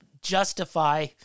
justify